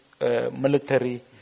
Military